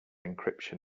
encryption